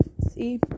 See